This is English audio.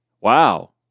Wow